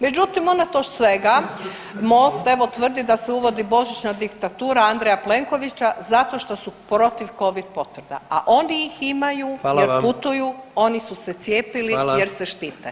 Međutim, unatoč svega Most evo tvrdi da se uvodi božićna diktatura Andreja Plenkovića zato što su protiv covid potvrda, a oni ih imaju [[Upadica: Hvala vam]] jer putuju, oni su se cijepili jer se štite.